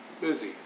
Busy